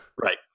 Right